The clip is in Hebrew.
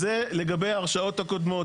אז זה לגבי ההרשעות הקודמות,